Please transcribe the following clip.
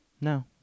No